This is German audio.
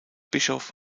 bischof